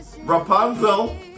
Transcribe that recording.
Rapunzel